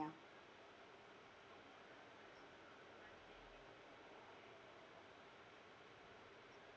ya